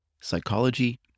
psychology